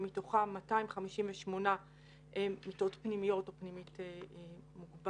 ומתוכן 258 מיטות פנימיות או פנימית מוגבר,